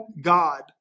God